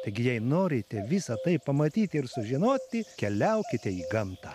taigi jei norite visa tai pamatyti ir sužinoti keliaukite į gamtą